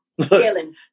Killing